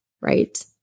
right